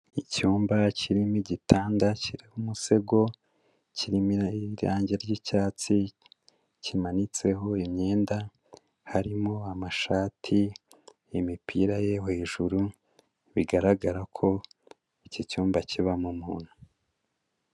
Icyumba kirimo igitanda, kiriho umusego, kirimo irange ry'icyatsi, kimanitseho imyenda, harimo amashati, imipira yo hejuru, bigaragara ko iki cyumba kibamo umuntu.